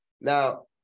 now